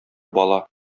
бала